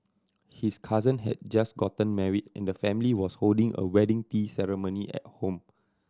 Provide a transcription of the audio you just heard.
his cousin had just gotten married and the family was holding a wedding tea ceremony at home